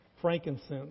Frankincense